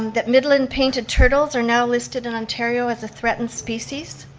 um that midland painted turtles are now listed in ontario as a threatened species,